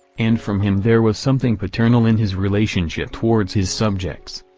and from him there was something paternal in his relationship towards his subjects.